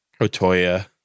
otoya